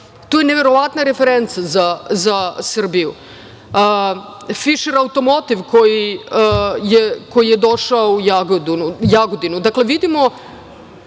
to je neverovatna referenca za Srbiju, „Fišer automotiv“ koji je došao u Jagodinu.